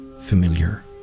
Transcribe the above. familiar